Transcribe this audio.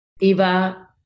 Eva